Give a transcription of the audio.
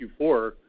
Q4